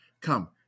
come